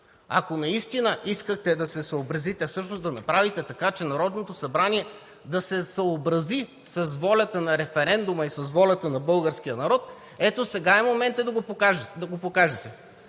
ако наистина искате да се съобразите, всъщност да направите така, че Народното събрание да се съобрази с волята на референдума и с волята на българския народ, ето сега е моментът да го покажете.